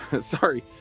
Sorry